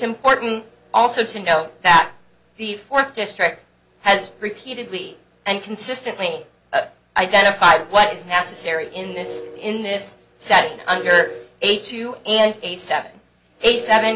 important also to know that the fourth district has repeatedly and consistently identified what is necessary in this in this setting under age two and a seven eight seven